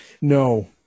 No